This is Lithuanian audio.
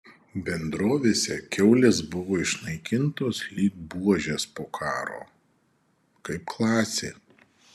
bendrovėse kiaulės buvo išnaikintos lyg buožės po karo kaip klasė